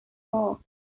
reworked